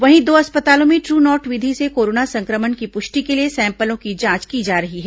वहीं दो अस्पतालों में ट्र नॉट विधि से कोरोना संक्रमण की पुष्टि के लिए सैंपलों की जांच की जा रही है